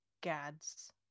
Gads